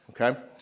okay